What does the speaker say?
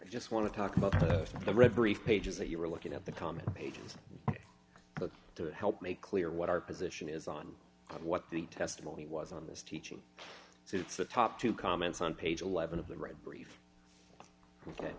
i just want to talk about the referee pages that you were looking at the comment pages but to help make clear what our position is on what the testimony was on this teaching it's the top two comments on page eleven of the red brief ok